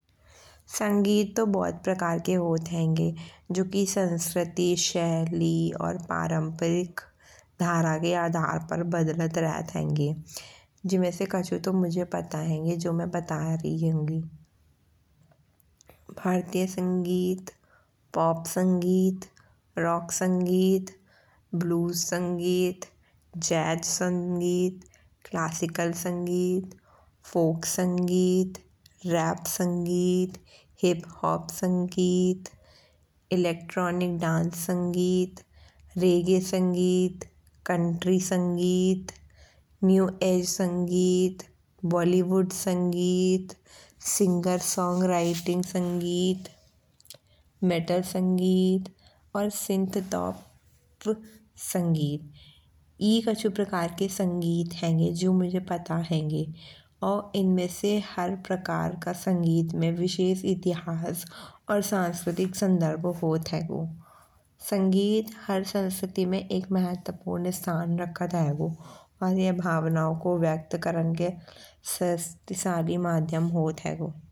संगीत तो बहुत प्रकार के होत हेन्गे। जो की संस्कृति शैली और परम्परागत धारा के आधार पर बदलत रहत हेन्गे। जिमे से कछु तो मोये पता हेन्गे जो मै बता रही हुंगी। भारतीय संगीत, पॉप संगीत, रॉक संगीत, ब्लू संगीत, जॅज संगीत, क्लासिकल संगीत, फॉक संगीत, रैप संगीत। हिप-हॉप संगीत, इलेक्ट्रॉनिक डांस संगीत, कंट्री संगीत, बॉलीवुड संगीत, सिंगर साँग राइटिंग संगीत। मेटा संगीत और। ई कछु प्रकार के संगीत हेन्गे जो मुझे पता हेन्गे। और इनमें से हर प्रकार का संगीत में विशेष इतिहास और सांस्कृतिक सन्दर्भ होत हेगो। संगीत हर संस्कृति में एक महत्वपूर्ण स्थान रखत हेगो। पर यह भावनाओं को व्यक्त करन के शक्तिशाली माध्यम होत हेगो।